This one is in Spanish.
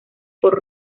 por